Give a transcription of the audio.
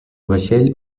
vaixell